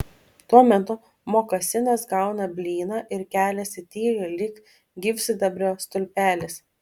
tuo metu mokasinas gauna blyną ir keliasi tyliai lyg gyvsidabrio stulpelis